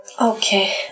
okay